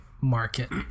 market